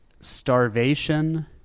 starvation